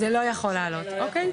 זה לא יכול לעלות, אוקיי.